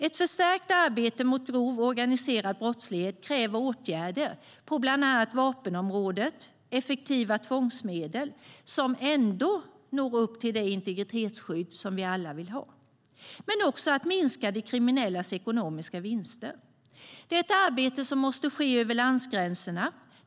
Ett förstärkt arbete mot grov organiserad brottslighet kräver åtgärder på bland annat vapenområdet liksom effektiva tvångsmedel, som ändå når upp till det integritetsskydd som vi vill ha, men också att minska de kriminellas ekonomiska vinster. Det är ett arbete som måste ske över landsgränserna.